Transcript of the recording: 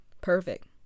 perfect